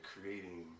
creating